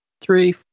Three